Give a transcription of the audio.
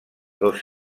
dos